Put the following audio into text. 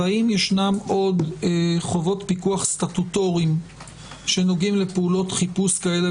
והאם ישנן עוד חובות פיקוח סטטוטוריות שנוגעות לפעולות חיפוש כאלה